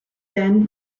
then